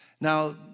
Now